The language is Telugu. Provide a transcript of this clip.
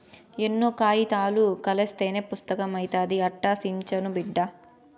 ఎన్నో కాయితాలు కలస్తేనే పుస్తకం అయితాది, అట్టా సించకు బిడ్డా